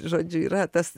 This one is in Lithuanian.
žodžiu yra tas